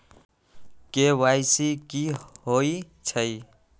KYC कि होई छई?